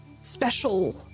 special